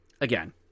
Again